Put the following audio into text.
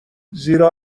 زیرا